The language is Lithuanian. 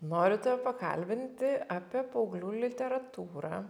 noriu tave pakalbinti apie paauglių literatūrą